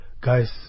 guys